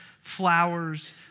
flowers